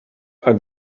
are